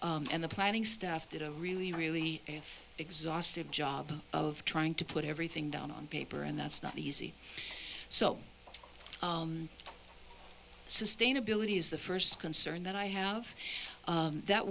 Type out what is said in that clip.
and the planning staff did a really really an exhaustive job of trying to put everything down on paper and that's not easy so sustainability is the first concern that i have that